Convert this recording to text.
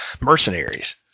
mercenaries